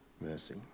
mercy